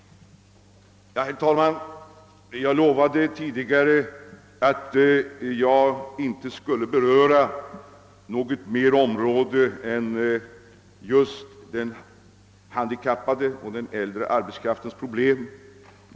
Jag lovade att jag inte skulle beröra något annat område än det som gäller de handikappades och den äldre arbetskraftens problem.